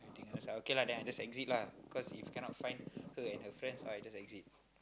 okay lah then I just exit lah cause if cannot find her and her friends all I just exit